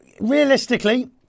Realistically